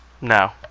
No